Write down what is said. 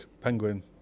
penguin